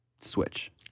switch